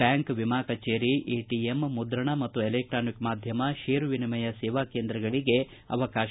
bank ವಿಮಾ ಕಚೇರಿ ATM ಮುದ್ರಣ ಮತ್ತು ಎಲೆಕ್ಟಾನಿಕ್ ಮಾಧ್ವಮ ಷೇರು ವಿನಿಮಯ ಸೇವಾ ಕೇಂದ್ರಗಳಿಗೆ ಅವಕಾಶ